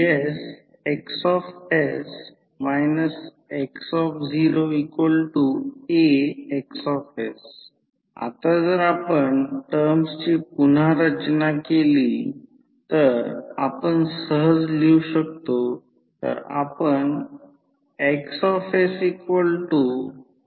आता म्हणूनच प्रायमरी आणि सेकंडरी व्होल्ट अँपिअर समान असतील जे V1 I1 हे V2 I2 च्या बरोबरीचे असणे आवश्यक आहे म्हणजे V1 प्रत्यक्षात प्रायमरी साईडचे व्होल्टेज आहे आणि I1 प्रायमरी साईडचा करंट आहे आणि V2 हे सेकंडरी साईडचे व्होल्टेज आहे आणि I2 आहे सेकंडरी साईडचा करंट आहे